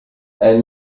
elle